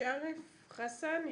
שרף חסאן,